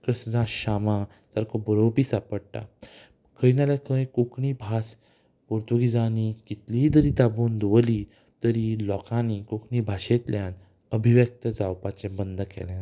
कृष्णदास शामा सारको बरोवपी सांपडटा खंय ना जाल्यार खंय कोंकणी भास पुर्तुगेजांनी कितलीय तरी दाबून दवरली तरी लोकांनी कोंकणी भाशेंतल्यान अभिव्यक्त जावपाचें बंद केलें ना